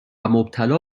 مبتلا